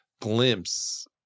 glimpse